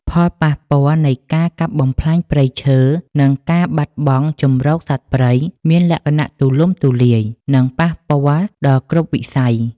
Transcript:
ផលប៉ះពាល់នៃការកាប់បំផ្លាញព្រៃឈើ និងការបាត់បង់ជម្រកសត្វព្រៃមានលក្ខណៈទូលំទូលាយ និងប៉ះពាល់ដល់គ្រប់វិស័យ។